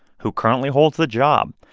who currently holds the job?